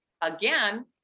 again